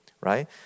right